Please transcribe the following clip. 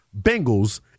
Bengals